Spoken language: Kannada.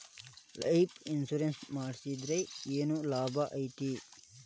ಲೈಫ್ ಇನ್ಸುರೆನ್ಸ್ ಮಾಡ್ಸಿದ್ರ ಏನ್ ಲಾಭೈತಿ?